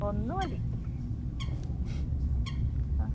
ഒന്ന് മതി